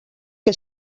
que